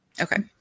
Okay